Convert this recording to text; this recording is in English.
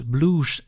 Blues